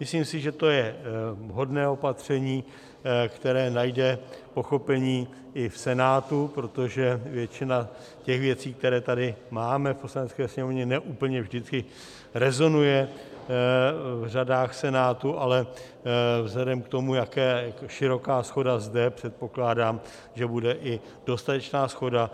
Myslím si, že to je vhodné opatření, které najde pochopení i v Senátu, protože většina těch věcí, které tady máme v Poslanecké sněmovně, ne úplně vždycky rezonuje v řadách Senátu, ale vzhledem k tomu, jaká je široká shoda zde, předpokládám, že bude i dostatečná shoda